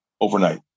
overnight